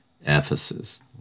Ephesus